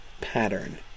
pattern